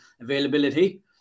availability